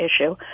issue